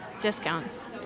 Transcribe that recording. discounts